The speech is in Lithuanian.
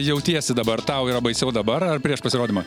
jautiesi dabar tau yra baisiau dabar prieš pasirodymą